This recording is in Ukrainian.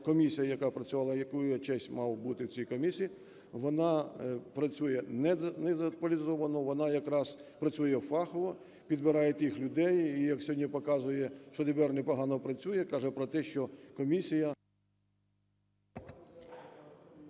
комісія, яка працювала, в якій я честь мав бути в цій комісії, вона працює незаполітизовано, вона якраз працює фахово, підбирає тих людей, і як сьогодні показує, що ДБР непогано працює, каже про те, що комісія…